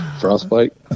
Frostbite